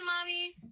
mommy